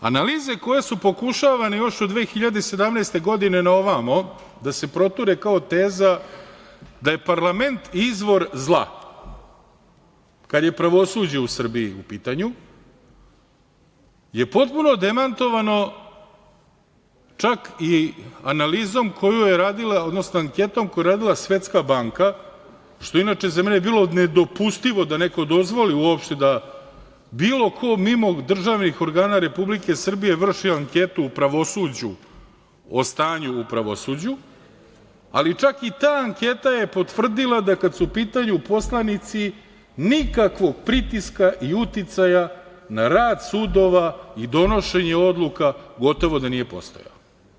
Analize koje su pokušavane još od 2017. godine na ovamo da se proture kao teza da je parlament izvor zla kad je pravosuđe u Srbiji u pitanju, je potpuno demantovano čak i analizom, odnosno anketom koju je radila Svetska banka, što je inače za mene bilo nedopustivo da neko dozvoli uopšte da bilo ko mimo državnih organa Republike Srbije vrši anketu u pravosuđu o stanju u pravosuđu, ali čak i ta anketa je potvrdila da kad su u pitanju poslanici, nikakvog pritiska i uticaja na rad sudova i donošenje odluka gotovo da nije postojao.